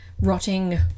rotting